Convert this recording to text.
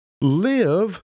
Live